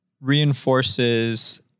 reinforces